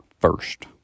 first